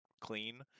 clean